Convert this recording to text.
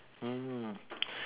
mm